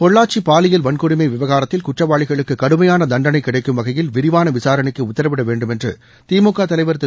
பொள்ளாச்சி பாலியல் வன்கொடுமை விவகாரத்தில் குற்றவாளிகளுக்கு கடுமையான தண்டனை கிடைக்கும்வகையில் விரிவான விசாரணைக்கு உத்தரவிடவேண்டும் என்று திமுக தலைவர் திரு